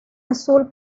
azul